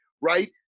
right